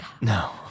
No